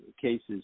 cases